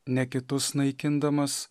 ne kitus naikindamas